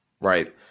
Right